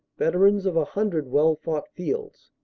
veterans of a hundred veil-fought fields.